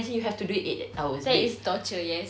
that is torture yes